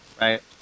right